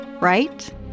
right